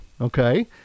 Okay